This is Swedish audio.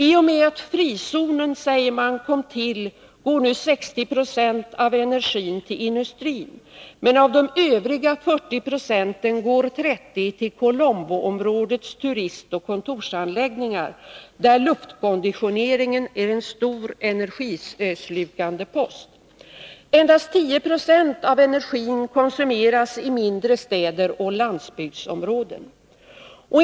I och med att frizonen kom till går nu 60 6 av energin till industrin, men av övriga 40 Zo går 30 90 till Colomboområdets turistoch kontorsanläggningar, där luftkonditioneringen är en stor energislukande post. Endast 10 96 av energin konsumeras i mindre städer och landsbygdsområden.